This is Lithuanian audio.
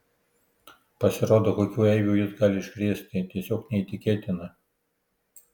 pasirodo kokių eibių jis gali iškrėsti tiesiog neįtikėtina